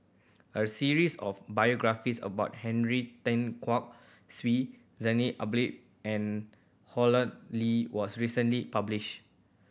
a series of biographies about Henry Tan Sweet Zainal Abidin and Hossan Lee was recently published